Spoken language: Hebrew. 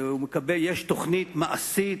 ויש תוכנית מעשית,